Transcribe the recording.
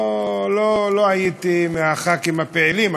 לא הייתי מחברי הכנסת הפעילים.